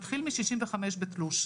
מתחיל מ-65 בתלוש,